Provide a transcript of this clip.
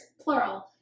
plural